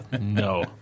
no